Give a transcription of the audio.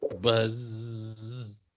Buzz